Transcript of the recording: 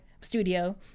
studio